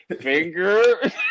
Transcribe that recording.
finger